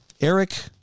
Eric